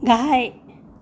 गाहाय